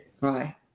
Right